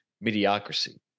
mediocrity